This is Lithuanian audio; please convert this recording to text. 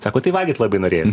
sako tai valgyt labai norėjos